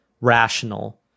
rational